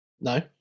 No